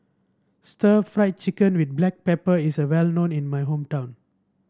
Stir Fried Chicken with Black Pepper is well known in my hometown